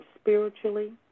spiritually